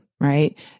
right